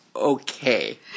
Okay